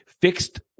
fixed